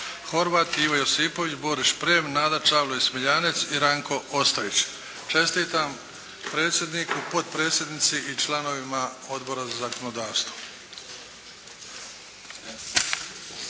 Hovrat, Ivo Josipović, Boris Šprem, Nada …/Govornik se ne razumije/… Smiljanec i Ranko Ostović. Čestitam, predsjedniku, potpredsjednici i članovima Odbora za zakonodavstvo!